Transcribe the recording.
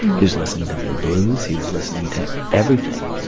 he was listening to the blues. he was listening to everything,